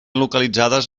localitzades